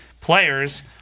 players